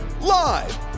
Live